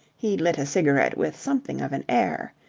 he lit a cigarette with something of an air.